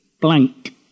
blank